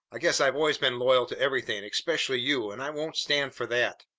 i guess i've always been loyal to everything, especially you, and i won't stand for that!